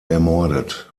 ermordet